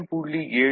75 3